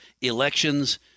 elections